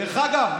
דרך אגב,